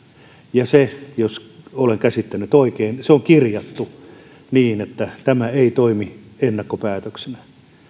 ja se jos olen käsittänyt oikein on kirjattu niin että tämä ei toimi ennakkopäätöksenä